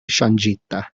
ŝanĝita